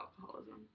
alcoholism